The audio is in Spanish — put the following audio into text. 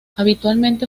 habitualmente